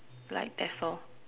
like that's all